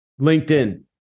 LinkedIn